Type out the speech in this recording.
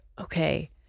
okay